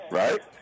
right